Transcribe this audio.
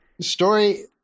story